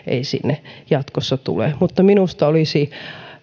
ei sinne jatkossa tule mutta minusta olisi